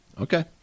Okay